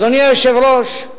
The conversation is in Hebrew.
אדוני היושב-ראש,